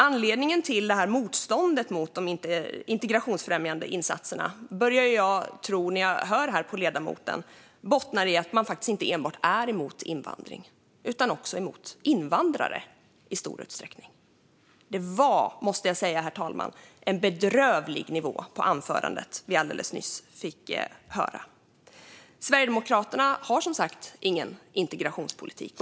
Anledningen till motståndet mot de integrationsfrämjande insatserna tror jag, när jag hör på ledamoten, bottnar i att man faktiskt inte enbart är emot invandring utan också är emot invandrare. Det var, herr talman, en bedrövlig nivå på anförandet vi alldeles nyss hörde. Sverigedemokraterna har, som sagt, ingen integrationspolitik.